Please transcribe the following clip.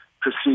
proceed